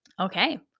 Okay